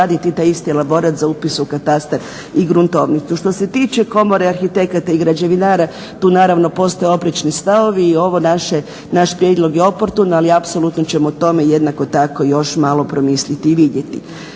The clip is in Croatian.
morati doraditi taj isti elaborat za upis u katastar i gruntovnicu. Što se tiče Komore arhitekata i građevinara tu naravno postoje oprečni stavovi i ovaj naš prijedlog je oportun, ali apsolutno ćemo o tome jednako tako još malo promisliti i vidjeti.